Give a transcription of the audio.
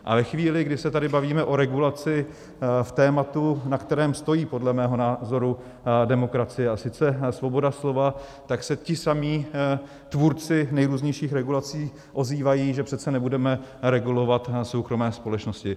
A ve chvíli, kdy se tady bavíme o regulaci v tématu, na kterém stojí podle mého názoru demokracie, a sice svoboda slova, tak se ti samí tvůrci nejrůznějších regulací ozývají, že přece nebudeme regulovat soukromé společnosti.